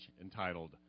entitled